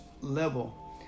level